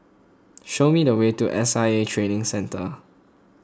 show me the way to S I A Training Centre